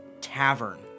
tavern